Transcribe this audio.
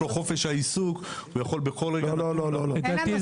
יש לו חופש עיסוק; הוא יכול בכל רגע לקום וללכת.